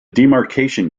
demarcation